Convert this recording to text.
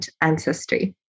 ancestry